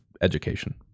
education